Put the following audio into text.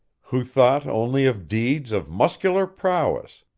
who thought only of deeds of muscular prowess,